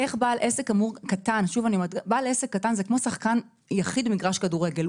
בעל עסק קטן זה כמו שחקן יחיד במגרש כדורגל.